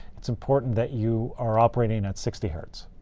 it's important that you are operating at sixty hertz,